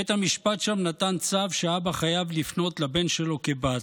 בית המשפט שם נתן צו שלפיו האבא חייב לפנות לבן שלו כבת.